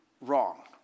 wrong